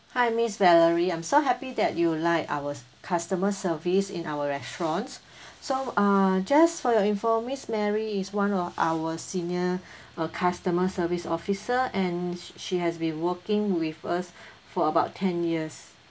hi miss valerie I'm so happy that you like our s~ customer service in our restaurants so uh just for your info miss mary is one of our senior uh customer service officer and sh~ she has been working with us for about ten years